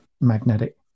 magnetic